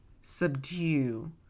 Subdue